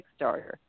Kickstarter